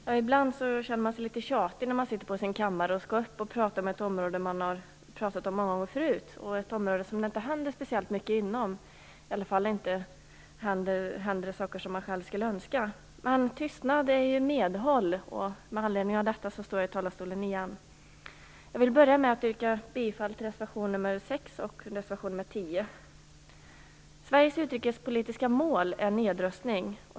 Herr talman! Ibland känner man sig litet tjatig när man sitter på sin kammare och skall upp och prata om ett område som man har pratat om många gånger förut och ett område där det inte händer speciellt mycket. Det händer i alla fall inte saker som man själv skulle önska. Men tystnad är ju medhåll, och med anledning av detta står jag i talarstolen igen. Jag vill börja med att yrka bifall till reservation nr Sveriges utrikespolitiska mål är nedrustning.